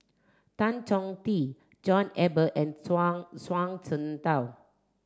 Tan Chong Tee John Eber and Zhuang Zhuang Shengtao